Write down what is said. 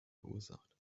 verursacht